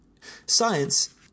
Science